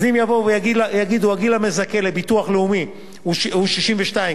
אז אם יגידו: הגיל המזכה לביטוח לאומי הוא 62,